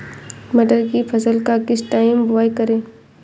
मटर की फसल का किस टाइम बुवाई करें?